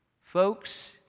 Folks